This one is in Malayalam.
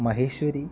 മഹേശ്വരി